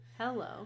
Hello